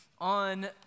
on